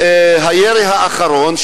והירי האחרון,